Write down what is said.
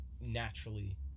naturally